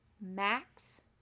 Max